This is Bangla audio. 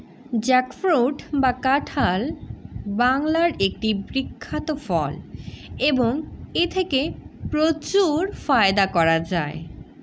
জ্যাকফ্রুট বা কাঁঠাল বাংলার একটি বিখ্যাত ফল এবং এথেকে প্রচুর ফায়দা করা য়ায়